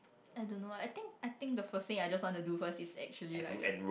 I don't know ah I think I think the first thing I just want to do first is actually like just